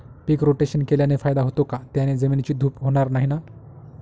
पीक rotation केल्याने फायदा होतो का? त्याने जमिनीची धूप होणार नाही ना?